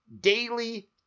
daily